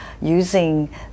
using